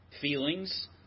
Feelings